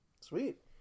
Sweet